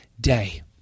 day